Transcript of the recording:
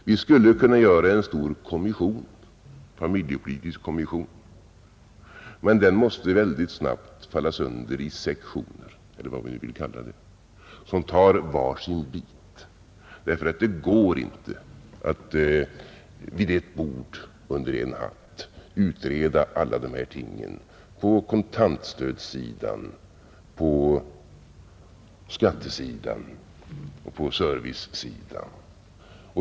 Vi skulle kunna tillsätta en stor familjepolitisk kommission men den måste mycket snabbt falla sönder i sektioner — eller vad man nu vill kalla det — som tar var sin bit, därför att det inte går att vid ett bord under en hatt utreda alla dessa ting — på kontantstödssidan, på skattesidan och på servicesidan.